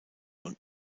und